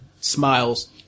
smiles